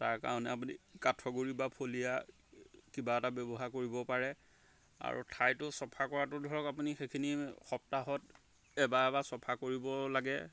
তাৰকাৰণে আপুনি কাঠৰ গুড়ি বা ফলিয়া কিবা এটা ব্যৱহাৰ কৰিব পাৰে আৰু ঠাইটো চফা কৰাটো ধৰক আপুনি সেইখিনি সপ্তাহত এবাৰ এবাৰ চফা কৰিব লাগে